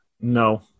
No